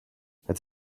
het